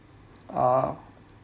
uh